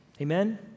Amen